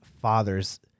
fathers